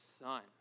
son